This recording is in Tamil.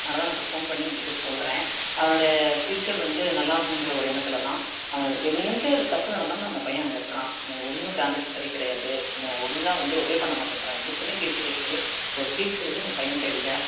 அதனால தான் நான் இப்போ ஃபோன் பண்ணி உங்களுக்கு சொல்லுறேன் அவனோட ஃப்யூச்சர் வந்து நல்லாருக்கனுன்ற ஒரு எண்ணத்தில் தான் எங்கே தப்பு நடந்தாலும் அந்த பையன் அங்கே இருக்குறான் ஒன்றும் கான்டேக்ட் சரி கிடையாது ஒழுங்கா வந்து ஒபே பண்ண மாட்டேன்றான் எதுக்குமே கீழ்படியிறதில்லை இப்போ ஒரு கீழ்படிதலே அந்த பையன்கிட்ட இல்லை